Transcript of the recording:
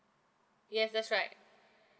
yes that's right